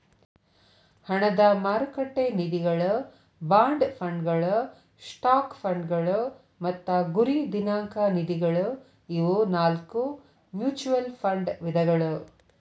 ಹಣದ ಮಾರುಕಟ್ಟೆ ನಿಧಿಗಳ ಬಾಂಡ್ ಫಂಡ್ಗಳ ಸ್ಟಾಕ್ ಫಂಡ್ಗಳ ಮತ್ತ ಗುರಿ ದಿನಾಂಕ ನಿಧಿಗಳ ಇವು ನಾಕು ಮ್ಯೂಚುಯಲ್ ಫಂಡ್ ವಿಧಗಳ